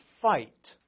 fight